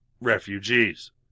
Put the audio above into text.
refugees